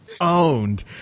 owned